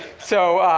so,